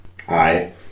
Hi